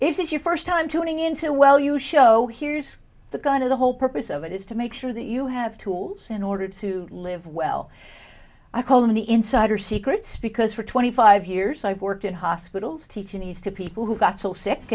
it is your first time tuning into well you show here's the kind of the whole purpose of it is to make sure that you have tools in order to live well i call them the insider secrets because for twenty five years i've worked in hospitals teaching is to people who got so sick